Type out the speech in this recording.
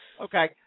Okay